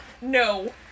No